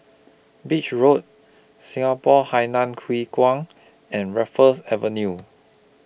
Beach Road Singapore Hainan Hwee Kuan and Raffles Avenue